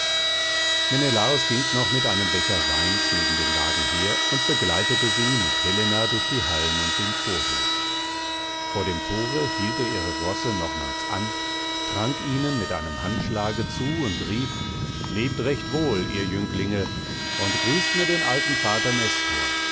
menelaos ging noch mit einem becher weins neben dem wagen her und begleitete sie mit helena durch die hallen und den vorhof vor dem thore hielt er ihre rosse nochmals an trank ihnen mit einem handschlage zu und rief lebt recht wohl ihr jünglinge und grüßt mir den alten vater